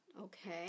okay